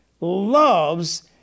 loves